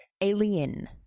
Alien